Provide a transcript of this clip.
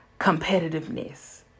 competitiveness